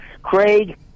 Craig